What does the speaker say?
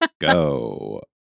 go